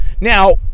Now